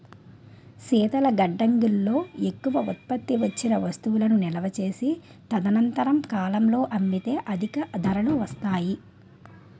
శీతల గడ్డంగుల్లో ఎక్కువ ఉత్పత్తి వచ్చిన వస్తువులు నిలువ చేసి తదనంతర కాలంలో అమ్మితే అధిక ధరలు వస్తాయి